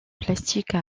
plastique